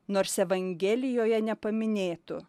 nors evangelijoje nepaminėtu